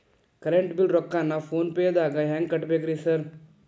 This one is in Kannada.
ಕರೆಂಟ್ ಬಿಲ್ ರೊಕ್ಕಾನ ಫೋನ್ ಪೇದಾಗ ಹೆಂಗ್ ಕಟ್ಟಬೇಕ್ರಿ ಸರ್?